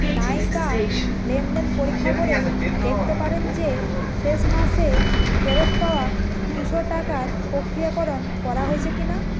নাইকা লেনদেন পরীক্ষা করে দেখতে পারেন যে শেষ মাসে ফেরত পাওয়া দুশো টাকার প্রক্রিয়াকরণ করা হয়েছে কি না